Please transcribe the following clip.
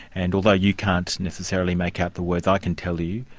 and although you can't necessarily make out the words, i can tell you,